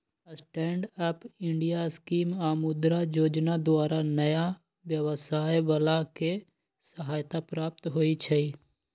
stand Up India scheme आऽ मुद्रा जोजना द्वारा नयाँ व्यवसाय बला के सहायता प्राप्त होइ छइ